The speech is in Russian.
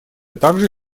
также